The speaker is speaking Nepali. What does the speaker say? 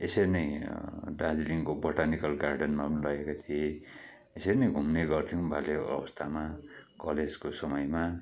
यसरी नै दार्जिलिङको बोटानिकल गार्डनमा पनि लगेका थिए यसरी नै घुम्ने गर्थ्यौँ बाल्य अवस्थामा कलेजको समयमा